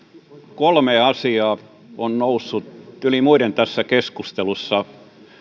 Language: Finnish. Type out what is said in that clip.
kolme asiaa on noussut yli muiden tässä keskustelussa